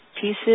pieces